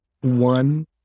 one